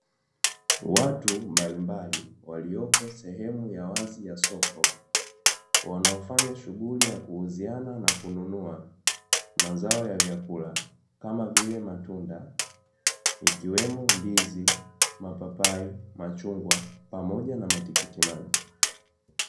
Watu mbalimbali waliopo sehemu ya wazi ya soko, waonofanya shughuli ya kuuziana na kununua mazao ya vyakula kama vile matunda ikiwemo ndizi, mapapai, machungwa pamoja na matikiti maji.